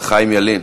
חיים ילין.